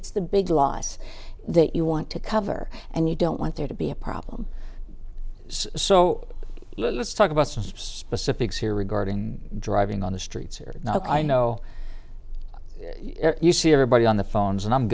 it's the big loss that you want to cover and you don't want there to be a problem so let's talk about specifics here regarding driving on the streets or not i know you see everybody on the phones and i'm